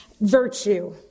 virtue